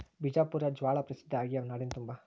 ಬಿಜಾಪುರ ಜ್ವಾಳಾ ಪ್ರಸಿದ್ಧ ಆಗ್ಯಾವ ನಾಡಿನ ತುಂಬಾ